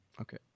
Okay